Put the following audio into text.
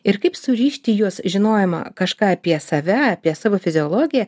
ir kaip surišti juos žinojimą kažką apie save apie savo fiziologiją